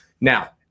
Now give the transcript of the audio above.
Now